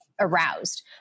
aroused